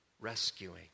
rescuing